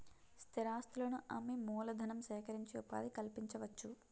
స్థిరాస్తులను అమ్మి మూలధనం సేకరించి ఉపాధి కల్పించవచ్చు